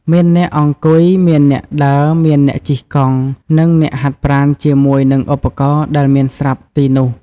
មានអ្នកអង្គុយ មានអ្នកដើរ មានអ្នកជិះកង់ និងអ្នកហាត់ប្រាណជាមួយនឹងឧបករណ៍ដែលមានស្រាប់ទីនោះ។